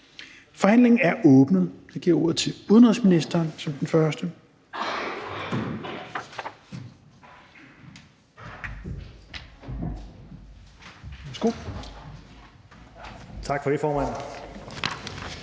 Forhandlingen er åbnet.